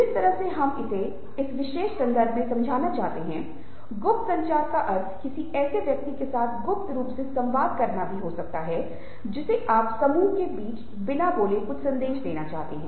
जिस तरह से हम इसे इस विशेष संदर्भ में समझना चाहते हैं गुप्त संचार का अर्थ किसी ऐसे व्यक्ति के साथ गुप्त रूप से संवाद करना भी हो सकता है जिसे आप समूह के बीच बिना बोले कुछ सन्देश देना चाहते हैं